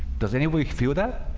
does anybody feel that?